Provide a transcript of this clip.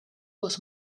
was